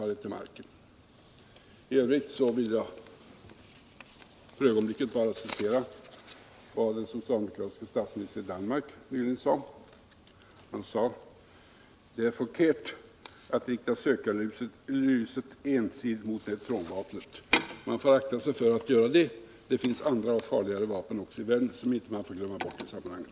l övrigt vill jag citera vad den socialdemokratiske statsministern i Danmark nyligen sade: Det är felaktigt att ensidigt rikta sökarljuset mot neutronvapnet. Man får akta sig för att göra det. Det finns andra och farligare vapen i världen. som man inte får glömma bort i sammanhanget.